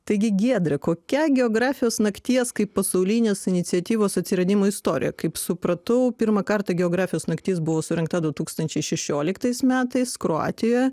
taigi giedre kokia geografijos nakties kaip pasaulinės iniciatyvos atsiradimo istorija kaip supratau pirmą kartą geografijos naktis buvo surengta du tūkstančiai šešioliktais metais kroatijoje